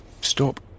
stop